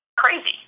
crazy